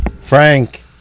Frank